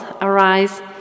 arise